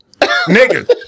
nigga